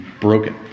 broken